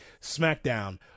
Smackdown